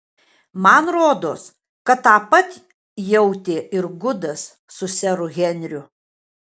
man rodos kad tą pat jautė ir gudas su seru henriu